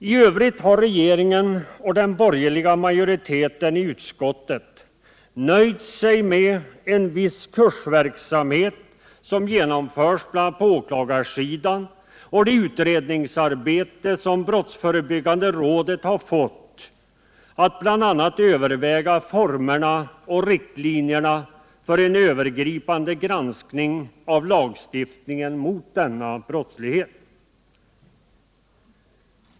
I övrigt har regeringen och den borgerliga majoriteten i utskottet nöjt sig med en viss kursverksamhet som genomförs på åklagarsidan och det utredningsuppdrag som brottsförebyggande rådet fått, att bl.a. överväga formerna och riktlinjerna för en övergripande granskning av lagstiftningen mot denna brottslighet.